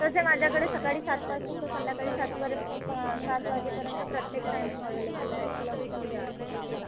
तसे माझ्याकडे सकाळी सातपासून ते संध्याकाळी सात वाजेपर्यंत सात वाजेपर्यंत प्रत्येक टायमिंग ॲवेलेबल आहे तुला कुठली बॅच पाहिजे ते सांग